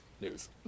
News